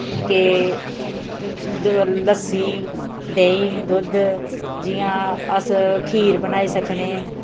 कि लस्सी देही दुद्ध जि'यां अस खीर बनाई सकने